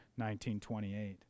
19.28